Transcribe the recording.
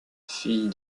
fille